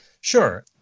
Sure